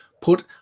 put